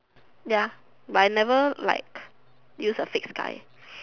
ya but I never like use a fake sky